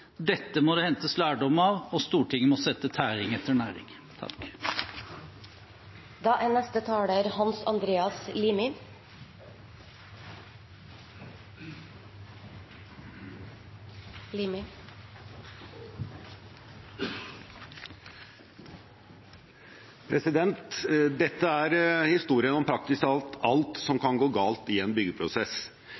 Dette må det hentes lærdom av, og Stortinget må sette tæring etter næring. Dette er historien om praktisk talt alt som kan gå galt i en byggeprosess, om et prosjekt som